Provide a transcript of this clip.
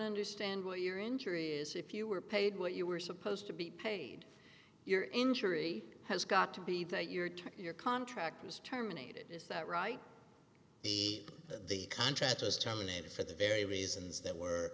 understand what your injury if you were paid what you were supposed to be paid your injury has got to be that your your contract was terminated is that right the contract was terminated for the very reasons that were